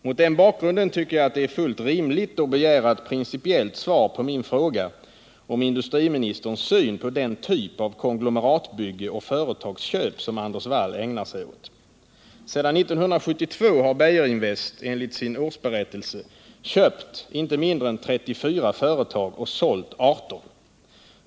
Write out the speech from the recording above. Mot den bakgrunden tycker jag att det är fullt rimligt att begära ett principiellt svar på min fråga om industriministerns syn på den typ av konglomeratbygge och företagsköp som Anders Wall ägnar sig åt. Sedan 1972 har Beijerinvest enligt sin årsberättelse köpt inte mindre än 34 företag och sålt 18.